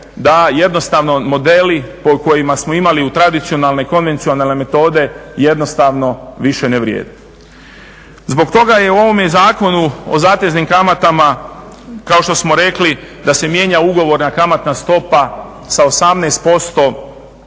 da jednostavno modeli po kojima smo imali u tradicionalne, konvencionalne metode jednostavno više ne vrijede. Zbog toga je u ovome Zakonu o zateznim kamatama kao što smo rekli da se mijenja ugovorna kamatna stopa sa 18%